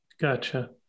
Gotcha